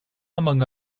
among